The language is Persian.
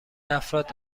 افراد